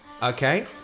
Okay